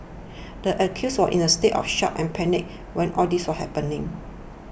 the accused was in a state of shock and panic when all this was happening